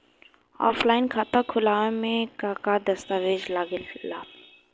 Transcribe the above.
Offline खाता खुलावे म का का दस्तावेज लगा ता?